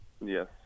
Yes